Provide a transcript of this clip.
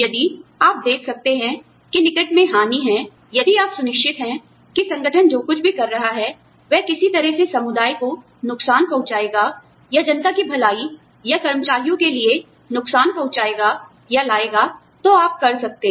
यदि आप देख सकते हैं कि निकट में हानि है यदि आप सुनिश्चित हैं कि संगठन जो कुछ भी कर रहा है वह किसी तरह से समुदाय को नुकसान पहुँचाएगा या जनता की भलाई या कर्मचारियों के लिए कुछ नुकसान पहुँचाएगा या लाएगा तो आप कर सकते हैं